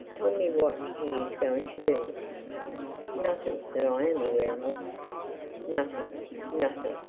tell me what he is going to do nothing, that i am aware of nothing nothing!